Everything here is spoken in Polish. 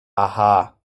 aha